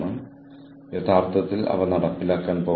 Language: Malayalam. അതിനാൽ നെറ്റ്വർക്ക് യഥാർത്ഥത്തിൽ ഒരു യൂണിറ്റായി പ്രവർത്തിക്കുന്നു